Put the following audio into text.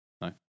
No